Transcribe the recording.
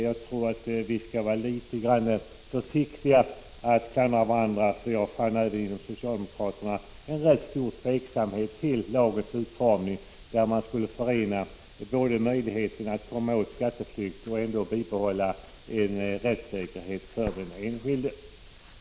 Jag tror att vi skall vara litet försiktiga med att klandra varandra. Inom socialdemokratin fanns en stor tveksamhet till lagens utformning. Det gällde ju att förena möjligheterna att komma åt skatteflykt och att bibehålla en rättssäkerhet för den enskilde.